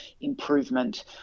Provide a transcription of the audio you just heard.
improvement